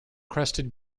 crested